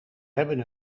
hebben